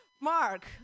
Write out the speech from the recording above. mark